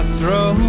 throw